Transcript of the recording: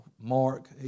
Mark